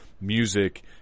music